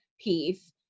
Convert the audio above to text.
piece